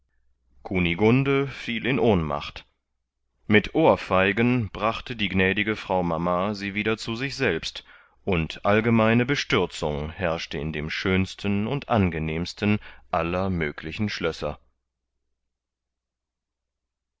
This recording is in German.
kunigunde fiel in ohnmacht mit ohrfeigen brachte die gnädige frau mama sie wieder zu sich selbst und allgemeine bestürzung herrschte in dem schönsten und angenehmsten aller möglichen schlösser